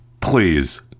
please